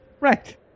Right